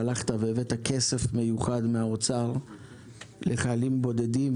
והלכת והבאת כסף מיוחד מהאוצר לחיילים בודדים,